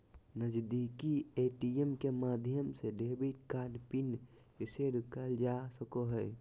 नजीदीकि ए.टी.एम के माध्यम से डेबिट कार्ड पिन रीसेट करल जा सको हय